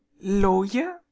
Lawyer